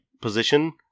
position